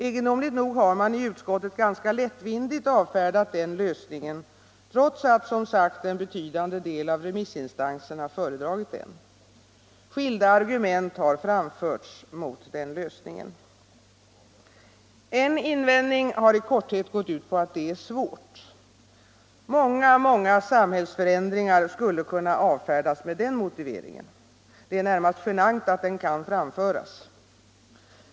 Egendomligt nog har utskottet ganska lättvindigt avfärdat denna lösning, trots att som sagt en betydande del av remissinstanserna föredragit den. Skilda argument har framförts mot den lösningen. En invändning har i korthet gått ut på att det är svårt att genomföra en sådan här ordning. Många, många samhällsförändringar skulle kunna avfärdas med den motiveringen. Det är närmast genant att den kan framföras.